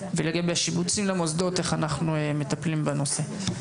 ולגבי השיבוצים למוסדות איך אנחנו מטפלים בנושא.